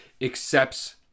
accepts